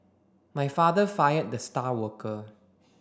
my father fired the star worker